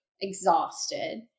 exhausted